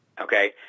Okay